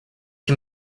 can